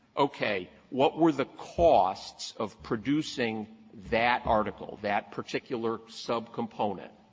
okay, what were the costs of producing that article, that particular subcomponent,